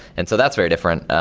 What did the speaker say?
and so that's very different.